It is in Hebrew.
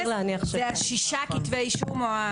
זה השישה כתבי אישום.